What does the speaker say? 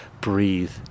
breathe